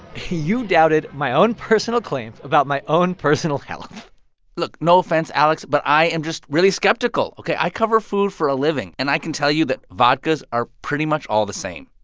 you doubted my own personal claims about my own personal health look. no offense, alex, but i am just really skeptical. ok. i cover food for a living. and i can tell you that vodkas are pretty much all the same.